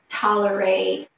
tolerate